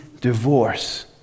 divorce